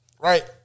right